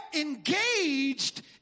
engaged